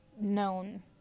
known